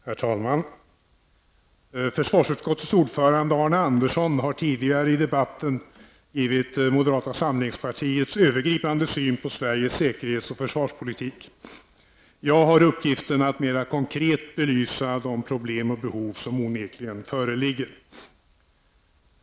Herr talman! Försvarsutskottets ordförande Arne Andersson i Ljung har tidigare i debatten givit moderata samlingspartiets övergripande syn på Sveriges säkerhets och försvarspolitik. Jag har uppgiften att mera konkret belysa de problem och behov som onekligen föreligger.